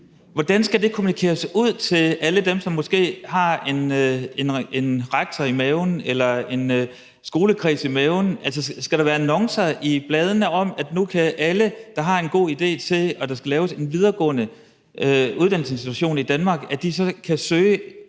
Hvordan skal det kommunikeres ud til alle dem, som måske har en rektor i maven eller en skolekreds i maven? Altså, skal der være annoncer i bladene om, at nu kan alle, der har en god idé til, at der skal laves en videregående uddannelsesinstitution i Danmark, søge udvalget?